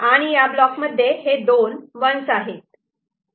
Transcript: आणि या ब्लॉक मध्ये हे दोन 1's आहेत